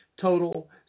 total